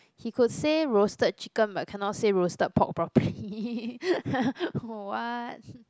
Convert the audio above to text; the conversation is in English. he could say roasted chicken but cannot say roasted pork properly what